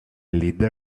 leader